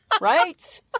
Right